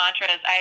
mantras